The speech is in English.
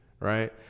right